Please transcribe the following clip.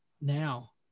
now